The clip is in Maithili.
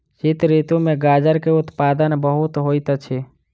शीत ऋतू में गाजर के उत्पादन बहुत होइत अछि